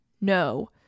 No